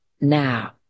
now